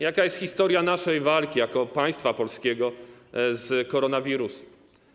Jaka jest historia naszej walki jako państwa polskiego z koronawirusem?